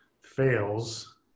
fails